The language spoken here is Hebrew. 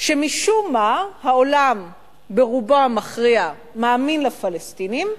שמשום מה העולם ברובו המכריע מאמין לפלסטינים,